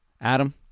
Adam